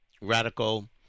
radical